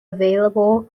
available